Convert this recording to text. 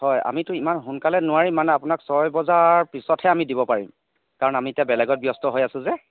হয় আমিতো ইমান সোনকালে নোৱাৰিম মানে আপোনাৰ ছয় বজাৰ পিছতহে আমি দিব পাৰিম কাৰণ আমি এতিয়া বেলেগত ব্যস্ত হৈ আছোঁ যে